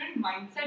mindset